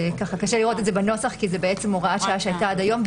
קשה לראות את זה בנוסח כי זאת בעצם הוראת שעה שהייתה עד היום,